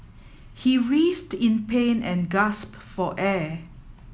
he writhed in pain and gasped for air